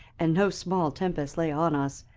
and no small tempest lay on us,